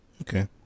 Okay